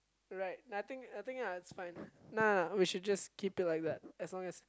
right nothing nothing lah it's fine nah we should just keep it like that as long as